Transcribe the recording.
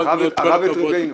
כל הכבוד.